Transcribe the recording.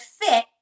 fit